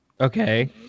Okay